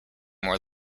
more